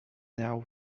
now